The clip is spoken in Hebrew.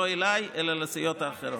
לא אליי אלא לסיעות האחרות.